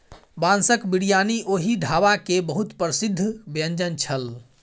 बांसक बिरयानी ओहि ढाबा के बहुत प्रसिद्ध व्यंजन छल